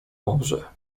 morze